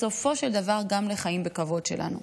בסופו של דבר גם לחיים בכבוד שלנו.